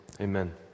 Amen